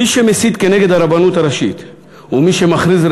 מי שמסית כנגד הרבנות הראשית ומי שמכריז על